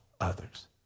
others